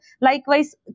Likewise